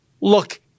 look